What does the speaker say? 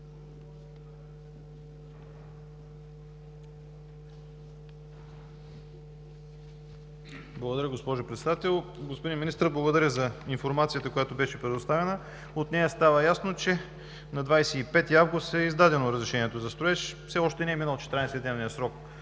Благодаря, госпожо Председател. Господин Министър, благодаря за информацията, която беше предоставена. От нея става ясно, че на 25 август е издадено разрешението за строеж. Все още не е минал 14-дневният срок